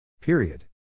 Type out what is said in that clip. Period